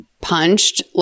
punched